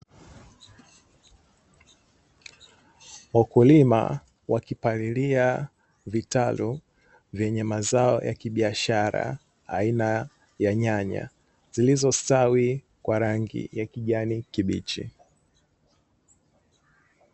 Wakulima wakipalilia vitalu vyenye mazao ya kibiashara aina ya nyanya zilizostawi kwa rangi ya kijani kibichi.